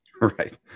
right